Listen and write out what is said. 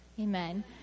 amen